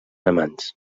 amants